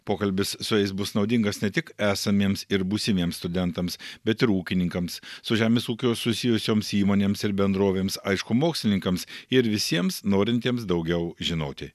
pokalbis su jais bus naudingas ne tik esamiems ir būsimiems studentams bet ir ūkininkams su žemės ūkiu susijusioms įmonėms ir bendrovėms aišku mokslininkams ir visiems norintiems daugiau žinoti